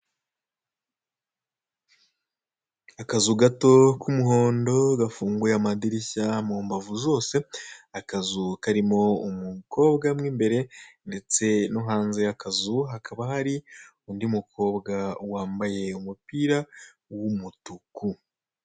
Akazu gato k'umuhondo gafunguye amadirishya mu mbavu zose, akazu karimo umukobwa mwimbere ndetse no hanze y'akazu hakaba hari undi mukobwa wambaye umupira w'umutuku.